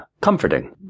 comforting